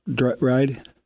ride